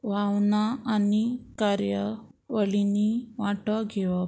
भावना आनी कार्यावळींनी वांटो घेवप